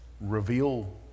reveal